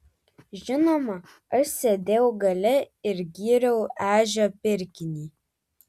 žinoma aš sėdėjau gale ir gyriau ežio pirkinį